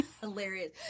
Hilarious